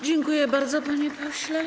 Dziękuję bardzo, panie pośle.